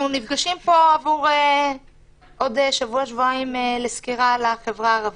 אנחנו נפגשים פה בעוד שבוע-שבועיים לסקירה על החברה הערבית,